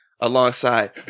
alongside